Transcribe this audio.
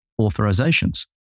Authorizations